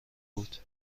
بود